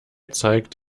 zeigt